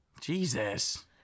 Jesus